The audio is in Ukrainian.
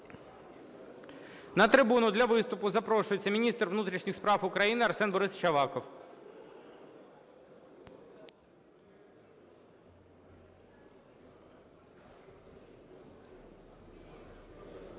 На трибуну для виступу запрошується міністр внутрішніх справ України Арсен Борисович Аваков.